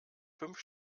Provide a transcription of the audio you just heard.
fünf